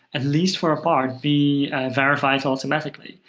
at least for a part, be verified automatically.